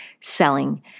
selling